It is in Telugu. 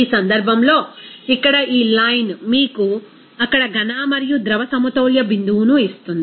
ఈ సందర్భంలో ఇక్కడ ఈ లైన్ మీకు అక్కడ ఘన మరియు ద్రవ సమతౌల్య బిందువును ఇస్తుంది